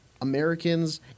Americans